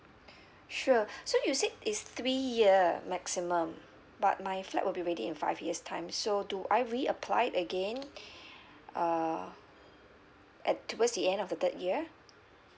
sure so you said it's three year maximum but my flat will be ready in five years' time so do I reapply again uh at towards the end of the third year